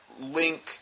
link